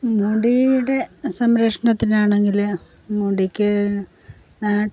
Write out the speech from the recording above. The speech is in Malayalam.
മുടിയുടെ സംരക്ഷണത്തിനാണെങ്കിൽ മുടിക്ക് നാട്ടിൽ